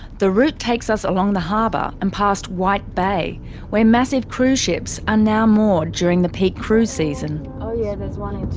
the route takes us along the harbour and past white bay where massive cruise ships and moored during the peak cruise season. oh yeah, there's one